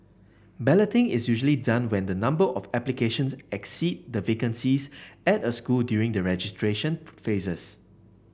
balloting is usually done when the number of applications exceed the vacancies at a school during the registration phases